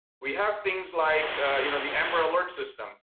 we have things like you know the amber alert system,